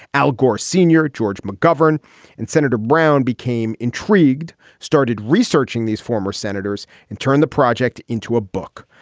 al gore, senior george mcgovern and senator brown became intrigued, started researching these former senators and turned the project into a book.